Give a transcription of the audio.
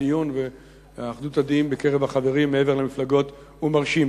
הדיון ואחדות הדעים בקרב החברים מעבר למפלגות הם מרשימים.